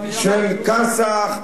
של כאסח,